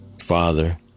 Father